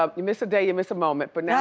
um you miss a day you miss a moment, but now